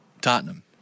Tottenham